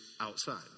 outside